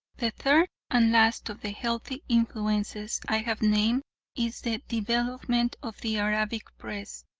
the third and last of the healthy influences i have named is the development of the arabic press.